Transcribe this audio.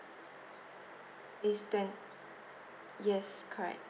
it's twen~ yes correct